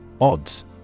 Odds